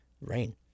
rain